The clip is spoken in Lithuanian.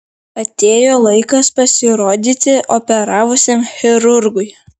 atėjo laikas pasirodyti operavusiam chirurgui